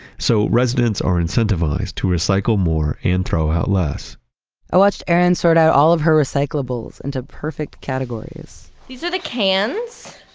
so residents are incentivized to recycle more and throw out less i watched erin sort of all of her recyclables into perfect categories these are the cans,